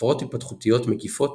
הפרעות התפתחותיות מקיפות